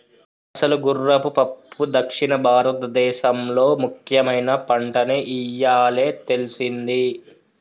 అసలు గుర్రపు పప్పు దక్షిణ భారతదేసంలో ముఖ్యమైన పంటని ఇయ్యాలే తెల్సింది